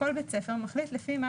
כל בית ספר מחליט לפי מה